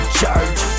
charge